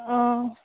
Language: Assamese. অঁ